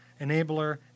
enabler